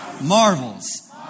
marvels